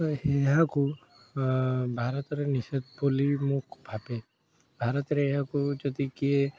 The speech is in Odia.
ତ ଏହାକୁ ଭାରତରେ ନିଷେଧ ବୋଲି ମୁଁ ଭାବେ ଭାରତରେ ଏହାକୁ ଯଦି କିଏ